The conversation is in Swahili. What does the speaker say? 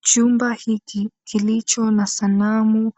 Chumba hiki kilicho na sanamu